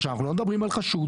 עכשיו אנחנו לא מדברים על חשוד,